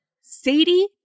Sadie